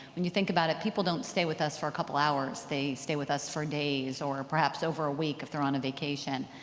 when you think about it, people don't stay with us for a couple hours. they stay with us for days, or perhaps over a week, if they're on vacation.